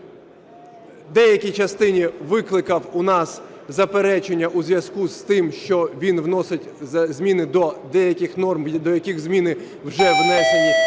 деякій частині викликав у нас заперечення у зв'язку з тим, що він вносить зміни до деяких норм, до яких зміни вже внесені